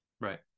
Right